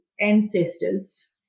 ancestors